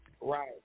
right